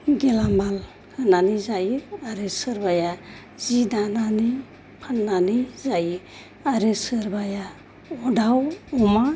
गेलामाल होनानै जायो आरो सोरबाया जि दानानै फाननानै जायो आरो सोरबाया दाव अमा